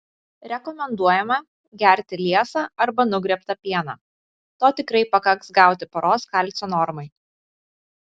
rekomenduojama gerti liesą arba nugriebtą pieną to tikrai pakaks gauti paros kalcio normai